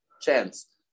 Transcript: chance